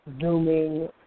zooming